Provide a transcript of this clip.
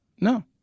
No